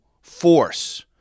force